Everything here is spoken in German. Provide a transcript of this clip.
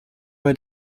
bei